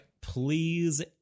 please